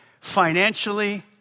Financially